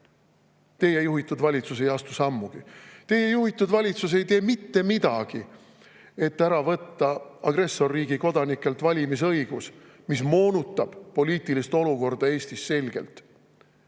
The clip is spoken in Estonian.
Teie juhitud valitsus ei astu sammugi. Teie juhitud valitsus ei tee mitte midagi, et ära võtta agressorriigi kodanikelt valimisõigus, mis moonutab poliitilist olukorda Eestis selgelt